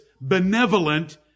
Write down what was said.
benevolent